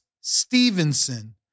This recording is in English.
Stevenson